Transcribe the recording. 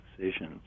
decisions